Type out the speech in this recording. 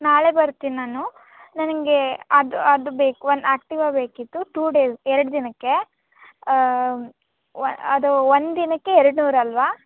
ನಾಳೆ ಬರ್ತೀನಿ ನಾನು ನನಗೆ ಅದು ಅದು ಬೇಕು ಒನ್ ಆ್ಯಕ್ಟಿವಾ ಬೇಕಿತ್ತು ಟೂ ಡೇಸ್ಗೆ ಎರಡು ದಿನಕ್ಕೆ ವ ಅದು ಒಂದು ದಿನಕ್ಕೆ ಎರಡ್ನೂರು ಅಲ್ವಾ